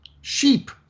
sheep